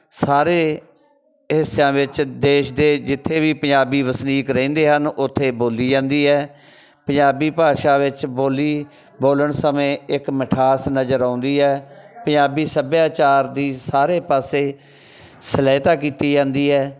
ਸਾਰੇ ਹਿੱਸਿਆਂ ਵਿੱਚ ਦੇਸ਼ ਦੇ ਜਿੱਥੇ ਵੀ ਪੰਜਾਬੀ ਵਸਨੀਕ ਰਹਿੰਦੇ ਹਨ ਉੱਥੇ ਬੋਲੀ ਜਾਂਦੀ ਹੈ ਪੰਜਾਬੀ ਭਾਸ਼ਾ ਵਿੱਚ ਬੋਲੀ ਬੋਲਣ ਸਮੇਂ ਇੱਕ ਮਿਠਾਸ ਨਜ਼ਰ ਆਉਂਦੀ ਹੈ ਪੰਜਾਬੀ ਸੱਭਿਆਚਾਰ ਦੀ ਸਾਰੇ ਪਾਸੇ ਸਲਹਿਤਾ ਕੀਤੀ ਜਾਂਦੀ ਹੈ